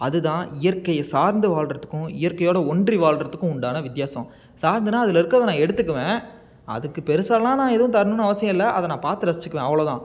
அது தான் இயற்கையை சார்ந்து வாழ்கிறதுக்கும் இயற்கையோடு ஒன்றி வாழ்கிறதுக்கும் உண்டான வித்தியாசம் சார்ந்துனா அதில் இருக்கிறத நான் எடுத்துக்குவேன் அதுக்கு பெருசாலாம் நான் எதுவும் தரணுன்னு அவசியம் இல்லை அதை நான் பார்த்து ரசிச்சுக்குவேன் அவ்வளோ தான்